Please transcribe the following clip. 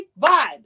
vibe